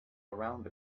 around